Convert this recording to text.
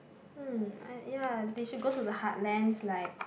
hmm ah ya they should go to the heartlands like